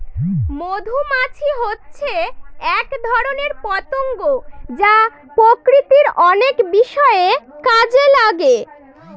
মধুমাছি হচ্ছে এক ধরনের পতঙ্গ যা প্রকৃতির অনেক বিষয়ে কাজে লাগে